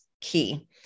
key